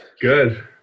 Good